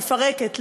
מפרקת,